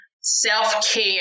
self-care